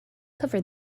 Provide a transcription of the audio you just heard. cover